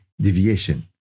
deviation